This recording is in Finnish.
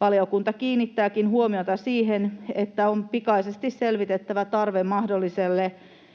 Valiokunta kiinnittääkin huomiota siihen, että on pikaisesti selvitettävä tarve mahdolliselle